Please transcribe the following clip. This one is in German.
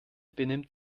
benimmt